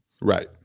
Right